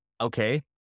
okay